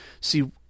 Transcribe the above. See